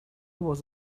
was